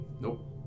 Nope